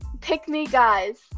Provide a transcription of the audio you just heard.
pick-me-guys